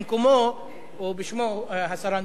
במקומו או בשמו השרה נוקד.